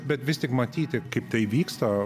bet vis tik matyti kaip tai vyksta